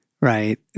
right